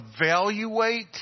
evaluate